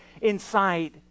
inside